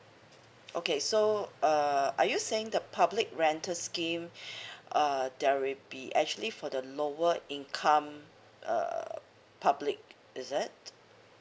okay so uh are you saying the public rental scheme uh there will be actually for the lower income err public is it